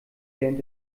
während